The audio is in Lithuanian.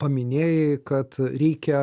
paminėjai kad reikia